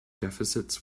deficits